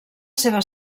seva